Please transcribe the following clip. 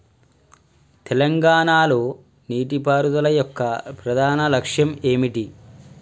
తెలంగాణ లో నీటిపారుదల యొక్క ప్రధాన లక్ష్యం ఏమిటి?